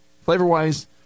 flavor-wise